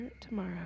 tomorrow